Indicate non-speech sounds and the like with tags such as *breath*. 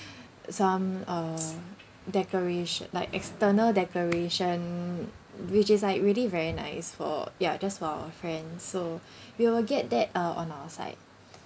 *breath* some uh decoration like external decoration which is like really very nice for ya just for our friend so we will get that uh on our side